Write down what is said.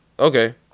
Okay